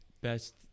best